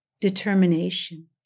determination